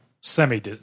Semi –